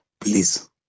please